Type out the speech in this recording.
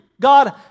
God